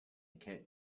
kit